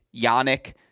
Yannick